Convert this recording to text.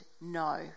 no